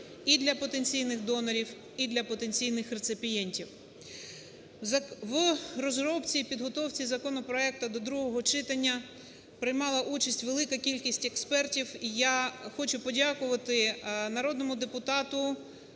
і для потенційних донорів, і для потенційних реципієнтів. В розробці і підготовці законопроекту до другого читання приймала участь велика кількість експертів. Я хочу подякувати народному депутату